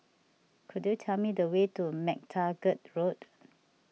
could you tell me the way to MacTaggart Road